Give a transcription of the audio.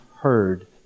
heard